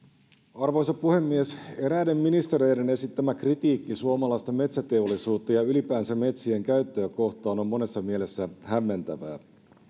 arvoisa puhemies eräiden ministereiden esittämä kritiikki suomalaista metsäteollisuutta ja ylipäänsä metsien käyttöä kohtaan on monessa mielessä hämmentävää